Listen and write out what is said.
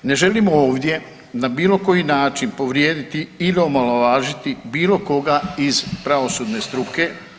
Ne želim ovdje na bilo koji način povrijedili ili omalovažiti bilo koga iz pravosudne struke.